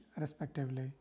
respectively